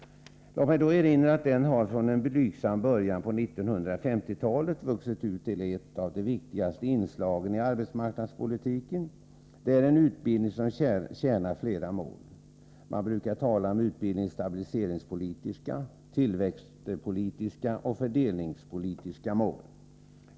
Låt mig erinra om att den från en blygsam början på 1950-talet har vuxit ut till ett av de viktigaste inslagen i arbetsmarknadspolitiken. Det är en utbildning som tjänar flera mål. Man brukar tala om utbildningens stabiliseringspolitiska, tillväxtpolitiska och fördelningspolitiska mål.